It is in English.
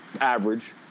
average